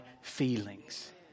feelings